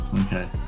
okay